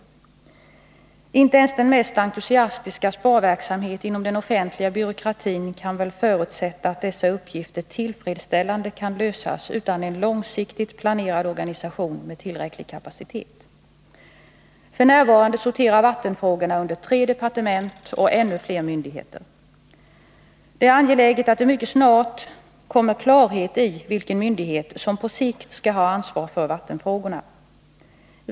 Inte ens den mest entusiastiska sparverksamhet inom den offentliga byråkratin kan väl förutsätta att dessa uppgifter tillfredsställande kan lösas utan en långsiktigt planerad organisation med tillräcklig kapacitet. F.n. sorterar vattenfrågorna under tre departement och ännu fler myndigheter. Det är angeläget att det mycket snart blir klart vilken myndighet som på sikt skall ha ansvar för vattenfrågorna.